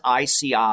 ici